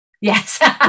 yes